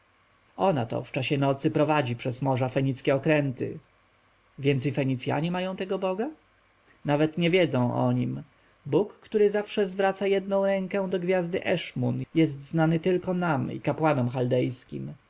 ona to w czasie nocy prowadzi przez morza fenickie okręty więc i fenicjanie mają tego boga nawet nie wiedzą o nim bóg który zawsze zwraca jedną rękę do gwiazdy eshmun jest znany tylko nam i kapłanom